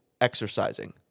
exercising